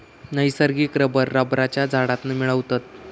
नैसर्गिक रबर रबरच्या झाडांतना मिळवतत